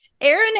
Aaron